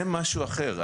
לא, זה משהו אחר.